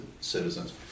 citizens